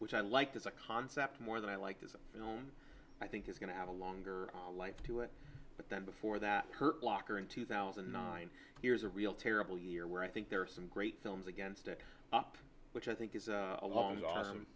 which i liked as a concept more than i like this film i think is going to have a longer life to it but then before that hurt locker in two thousand and nine here's a real terrible year where i think there are some great films against it up which i think is a long